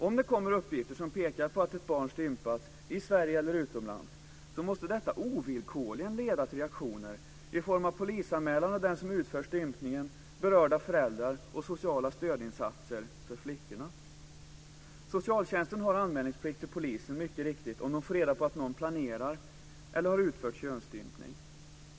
Om det kommer uppgifter som pekar på att ett barn stympats i Sverige eller utomlands måste detta ovillkorligen leda till reaktioner i form av polisanmälan av den som utför stympningen och berörda föräldrar samt sociala stödinsatser för flickorna. Socialtjänsten har mycket riktigt anmälningsplikt till polisen om de får reda på att någon planerar eller har utfört könsstympning.